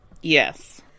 yes